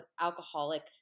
alcoholic